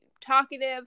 talkative